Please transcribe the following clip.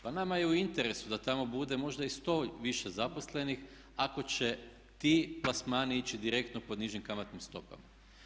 Pa nama je i u interesu da tamo bude možda i 100 više zaposlenih ako će ti plasmani ići direktno pod nižim kamatnim stopama.